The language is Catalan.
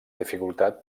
dificultat